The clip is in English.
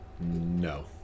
No